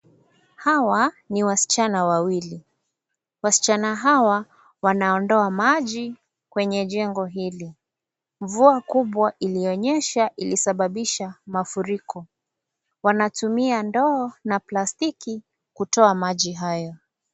Hawa, ni waschana wawili, waschana hawa, wanaondoa maji, kwenye jengo hili, mvua kubwa ilionyesha, ilisababisha mafuriko, wanatumia ndoo, na plastiki, kutoa maji haya.